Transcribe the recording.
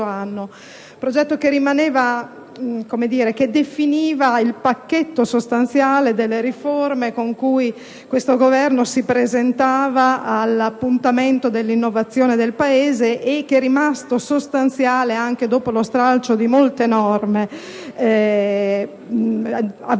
anno. Tale progetto definiva il pacchetto sostanziale delle riforme con cui questo Governo si presentava all'appuntamento dell'innovazione del Paese; esso è rimasto sostanziale anche dopo lo stralcio di molte norme avvenuto